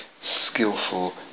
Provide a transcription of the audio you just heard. skillful